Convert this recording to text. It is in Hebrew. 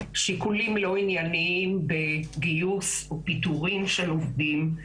שיקולים לא ענייניים בגיוס או פיטורין של עובדים,